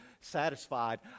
satisfied